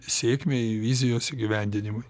sėkmei vizijos įgyvendinimui